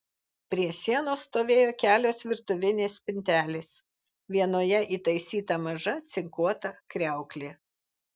prie sienos stovėjo kelios virtuvinės spintelės vienoje įtaisyta maža cinkuota kriauklė